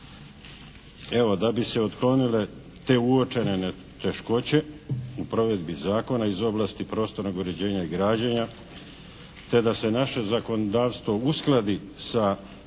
Evo da bi se otklonile te uočene teškoće u provedbi zakona iz ovlasti prostornog uređenja i građenja te da se naše zakonodavstvo uskladi sa